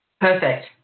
Perfect